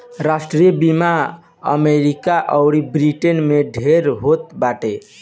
राष्ट्रीय बीमा अमरीका अउर ब्रिटेन में ढेर होत बाटे